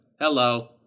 Hello